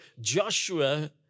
Joshua